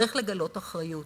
צריך לגלות אחריות,